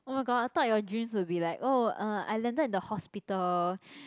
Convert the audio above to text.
oh my god I thought your dreams will be like oh uh I landed in the hospital